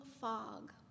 fog